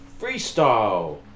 Freestyle